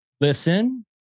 listen